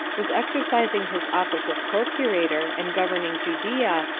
was exercising his office of procurator, and governing judea,